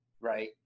right